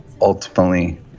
Ultimately